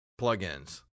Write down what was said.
plugins